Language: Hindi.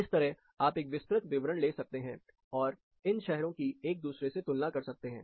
इस तरह आप एक विस्तृत विवरण ले सकते हैं और इन शहरों की एक दूसरे से तुलना कर सकते हैं